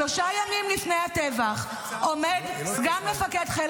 שלושה ימים לפני הטבח עומד סגן מפקד חיל